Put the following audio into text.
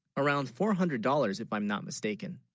around four hundred dollars if i'm not mistaken